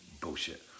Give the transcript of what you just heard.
bullshit